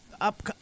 up